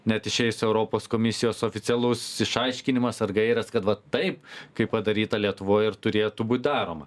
net išeis europos komisijos oficialus išaiškinimas ar gairės kad va taip kaip padaryta lietuvoj ir turėtų būt daroma